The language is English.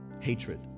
hatred